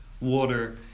water